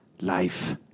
life